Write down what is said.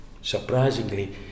surprisingly